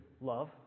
love